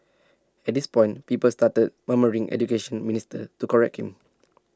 at this point people started murmuring Education Minister to correct him